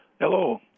Hello